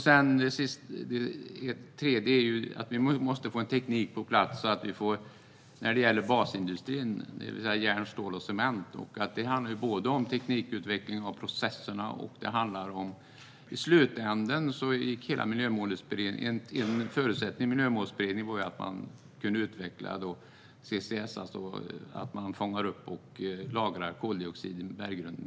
Den tredje är att vi måste få på plats teknik när det gäller basindustrin, det vill säga järn, stål och cement. Det handlar om både teknikutveckling och processer. I slutänden var det en förutsättning i Miljömålsberedningen att man kunde utveckla CCS - att fånga upp och lagra koldioxid i berggrunden.